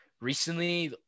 recently